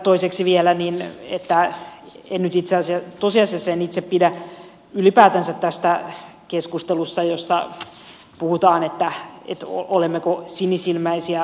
toiseksi vielä tosiasiassa en itse pidä ylipäätänsä tästä keskustelusta jossa puhutaan siitä olemmeko sinisilmäisiä vai emme